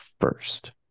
first